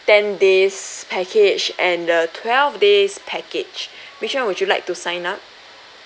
ten days package and the twelve days package which [one] would you like to sign up